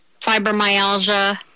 fibromyalgia